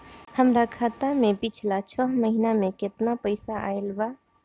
हमरा खाता मे पिछला छह महीना मे केतना पैसा आईल बा?